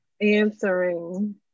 Answering